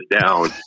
down